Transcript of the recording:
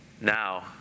Now